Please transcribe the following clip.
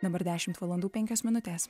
dabar dešimt valandų penkios minutės